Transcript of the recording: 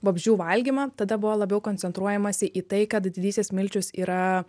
vabzdžių valgymą tada buvo labiau koncentruojamasi į tai kad didysis milčius yra